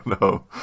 no